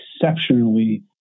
exceptionally